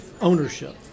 ownership